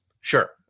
Sure